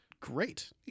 Great